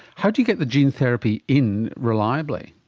how do you get the gene therapy in reliably?